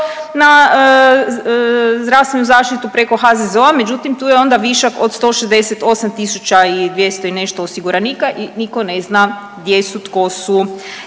na zdravstvenu zaštitu preko HZZO-a, međutim tu je onda višak od 169 tisuća i 200 i nešto osiguranika i nitko ne zna gdje su, tko su.